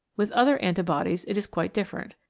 with other anti-bodies it is quite different.